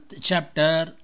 Chapter